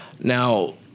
now